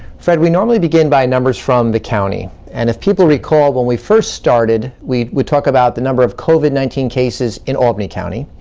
fred, we normally begin by numbers from the county, and if people recall when we first started we'd we'd talk about the number of covid nineteen cases in albany county,